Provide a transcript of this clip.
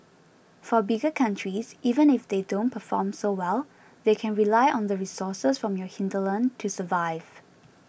for bigger countries even if they don't perform so well they can rely on the resources from your hinterland to survive